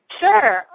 Sure